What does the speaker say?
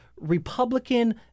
republican